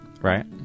Right